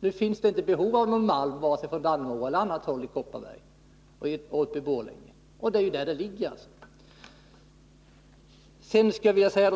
Nu finns det inget behov av någon malm vare sig från Dannemora eller från något annat håll i Kopparberg. Där har vi problemet.